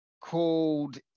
called